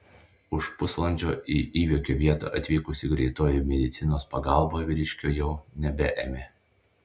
už pusvalandžio į įvykio vietą atvykusi greitoji medicinos pagalba vyriškio jau nebeėmė